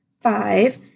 five